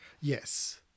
Yes